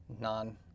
non